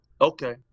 Okay